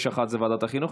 אחת היא ועדת החינוך,